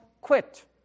quit